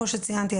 כמו שציינתי,